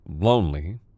lonely